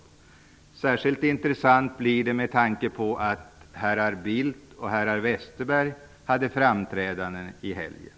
Det är särskilt intressant med tanke på de framträdanden som herrar Bildt och Westerberg gjorde under helgen.